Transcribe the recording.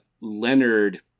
leonard